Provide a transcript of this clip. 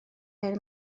hen